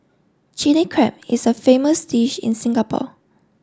Chilli Crab is a famous dish in Singapore